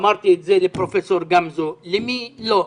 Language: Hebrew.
אמרתי את זה לפרופ' גמזו, למי לא?